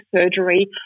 surgery